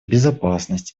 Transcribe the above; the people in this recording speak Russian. безопасность